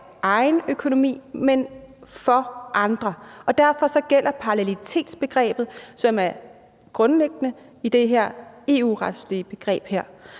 egen økonomi, men for andre, og derfor gælder parallelitetsbegrebet, som er grundlæggende i det her EU-retslige begreb, her.